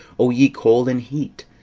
o ye cold and heat,